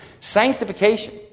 Sanctification